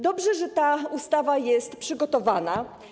Dobrze, że ta ustawa jest przygotowana.